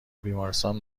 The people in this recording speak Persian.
بیمارستان